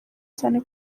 cyane